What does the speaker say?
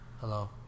Hello